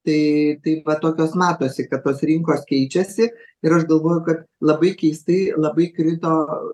tai tai va tokios matosi kad tos rinkos keičiasi ir aš galvoju kad labai keistai labai krito